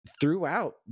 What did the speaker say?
throughout